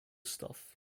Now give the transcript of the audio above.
stuff